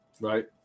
Right